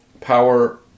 power